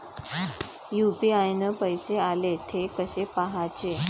UPI न पैसे आले, थे कसे पाहाचे?